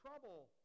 trouble